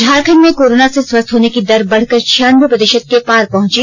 झारखंड में कोरोना से स्वस्थ होने की दर बढ़कर छियानबे प्रतिशत के पार पहुंची